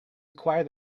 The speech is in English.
acquired